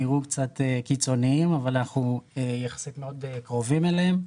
נראו קצת קיצוניים אבל אנחנו יחסית מאוד קרובים אליהם.